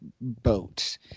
boat